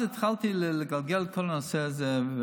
אז התחלתי לגלגל את כל הנושא הזה,